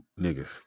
niggas